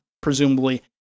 presumably